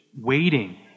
waiting